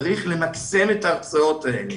צריך למקסם את ההצעות האלה.